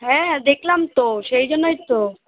হ্যাঁ দেখলাম তো সেই জন্যই তো